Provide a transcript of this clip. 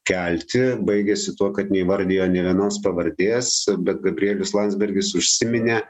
kelti baigėsi tuo kad neįvardijo nė vienos pavardės bet gabrielius landsbergis užsiminė